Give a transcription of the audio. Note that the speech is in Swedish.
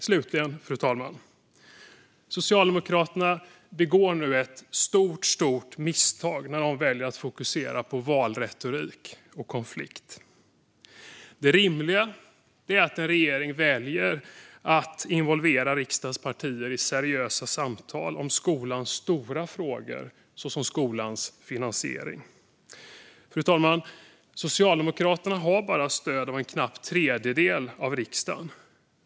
Slutligen, fru talman, begår Socialdemokraterna nu ett stort misstag när de väljer att fokusera på valretorik och konflikt. Det rimliga är att en regering väljer att involvera riksdagens partier i seriösa samtal om skolans stora frågor, såsom skolans finansiering. Fru talman! Socialdemokraterna har bara stöd av en knapp tredjedel av riksdagens ledamöter.